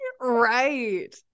right